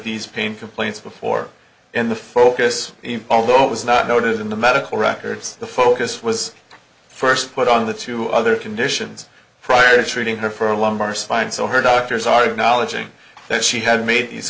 these pain complaints before and the focus although it was not noted in the medical records the focus was first put on the two other conditions prior to treating her for a long march fine so her doctors are knowledge ing that she had made these